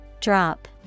drop